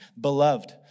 Beloved